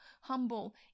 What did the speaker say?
humble